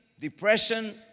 depression